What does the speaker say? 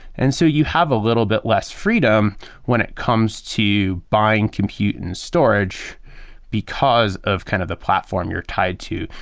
and so you have a little bit less freedom when it comes to buying compute and storage because of kind of the platform you're tied to.